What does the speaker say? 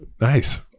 Nice